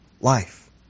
life